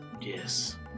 Yes